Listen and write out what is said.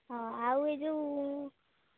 ହଁ ଆଉ ଏହି ଯେଉଁ